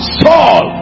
saul